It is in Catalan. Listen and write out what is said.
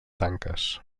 tanques